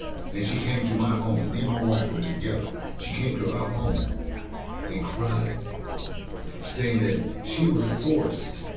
and she came to my home. me and my wife were together. she came to our home and cried saying that she was forced